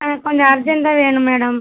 ஆ கொஞ்சம் அர்ஜெண்ட்டாக வேணும் மேடம்